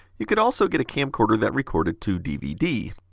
you could also get a camcorder that recorded to dvd.